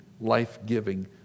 life-giving